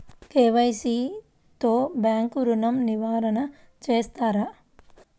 KYC తో bank ఋణం నవీకరణ చేస్తారా?